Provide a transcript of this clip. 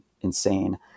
insane